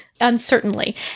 uncertainly